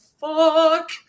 fuck